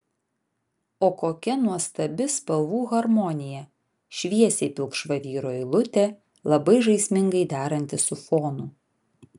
o kokia nuostabi spalvų harmonija šviesiai pilkšva vyro eilutė labai žaismingai deranti su fonu